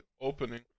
opening